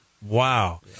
Wow